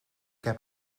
heb